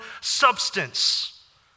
substance